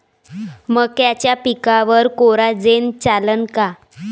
मक्याच्या पिकावर कोराजेन चालन का?